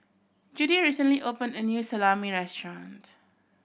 Judi recently opened a new Salami Restaurant